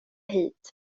hit